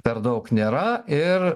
per daug nėra ir